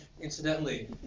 Incidentally